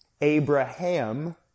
Abraham